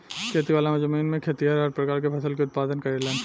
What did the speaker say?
खेती वाला जमीन में खेतिहर हर प्रकार के फसल के उत्पादन करेलन